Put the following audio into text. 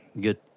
good